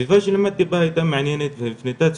הסביבה שלמדתי בה הייתה מעניינת והפנתה את